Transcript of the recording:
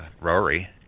Rory